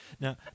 now